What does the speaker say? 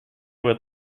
with